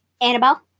Annabelle